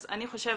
אז אני חושבת